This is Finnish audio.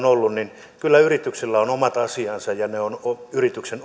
ollut on on omat asiansa ja ne ovat yrityksen